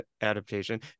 adaptation